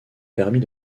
permis